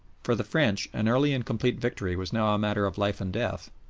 for the french an early and complete victory was now a matter of life and death.